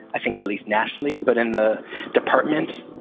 i think at least nationally, but in the department,